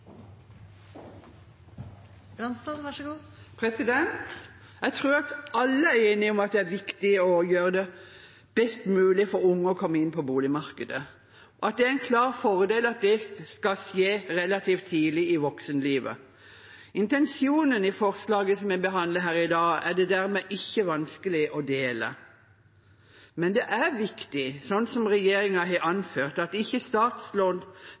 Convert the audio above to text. om at det er viktig å gjøre det best mulig for unge å komme inn på boligmarkedet, og at det er en klar fordel at det skal skje relativt tidlig i voksenlivet. Intensjonen i forslaget som vi behandler her i dag, er det dermed ikke vanskelig å dele. Men det er viktig, slik som regjeringen har anført, at